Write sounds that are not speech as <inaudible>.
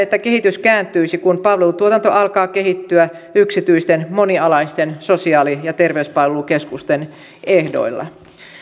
<unintelligible> että kehitys kääntyisi kun palvelutuotanto alkaa kehittyä yksityisten monialaisten sosiaali ja terveyspalvelukeskusten ehdoilla